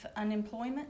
unemployment